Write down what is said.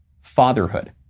fatherhood